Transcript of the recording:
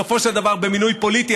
מונה בסופו של דבר במינוי פוליטי,